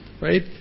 right